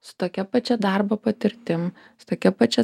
su tokia pačia darbo patirtim su tokia pačia